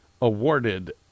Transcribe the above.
awarded